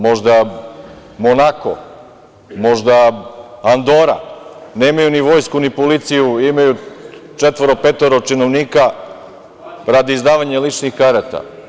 Možda Monako, možda Andora, nemaju ni vojsku ni policiju, imaju četvoro, petoro činovnika radi izdavanja ličnih karata.